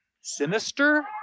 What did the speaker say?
sinister